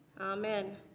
Amen